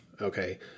okay